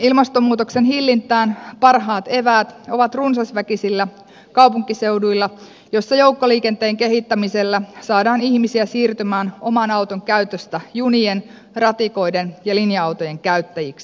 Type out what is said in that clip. ilmastonmuutoksen hillintään parhaat eväät ovat runsasväkisillä kaupunkiseuduilla missä joukkoliikenteen kehittämisellä saadaan ihmisiä siirtymään oman auton käytöstä junien ratikoiden ja linja autojen käyttäjiksi